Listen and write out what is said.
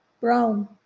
brown